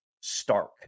stark